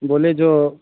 बोले जो